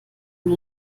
und